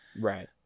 Right